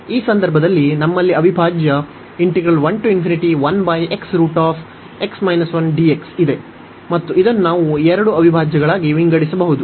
ಈ ಸಂದರ್ಭದಲ್ಲಿ ನಮ್ಮಲ್ಲಿ ಅವಿಭಾಜ್ಯ ಇದೆ ಮತ್ತು ಇದನ್ನು ನಾವು ಎರಡು ಅವಿಭಾಜ್ಯಗಳಾಗಿ ವಿಂಗಡಿಸಬಹುದು